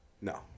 No